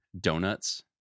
Donuts